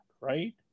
right